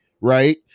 right